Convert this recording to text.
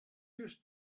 used